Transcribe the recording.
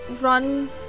run